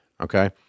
Okay